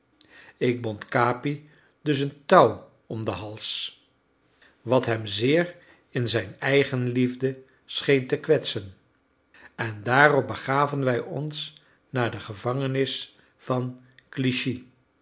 ik bond capi dus een touw om den hals wat hem zeer in zijn eigenliefde scheen te kwetsen en daarop begaven wij ons naar de gevangenis van clichy